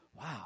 Wow